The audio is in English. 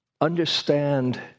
understand